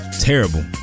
Terrible